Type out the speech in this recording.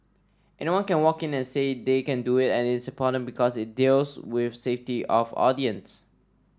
anyone can walk in and say they can do it and it's important because it deals with safety of audience